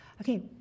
okay